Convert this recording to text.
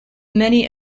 many